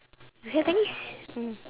we have finish mm